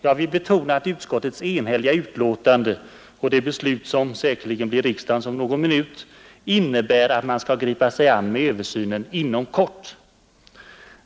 Jag vill betona att utskottets enhälliga betänkande och det beslut som säkerligen blir riksdagens om någon minut innebär att man skall gripa sig an med översynen inom kort.